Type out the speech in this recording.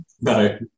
No